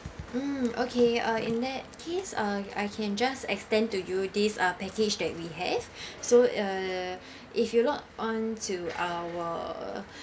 okay mm in that case uh I can just extend to you this uh package that we have so uh if you log on to our